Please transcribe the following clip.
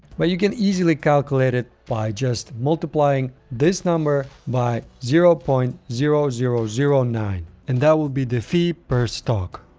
but you can easily calculate it by just multiplying this number by zero point zero zero zero nine and that will be the fee per stock.